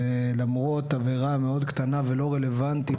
ונפסלו למרות עבירה מאוד קטנה ולא רלוונטית,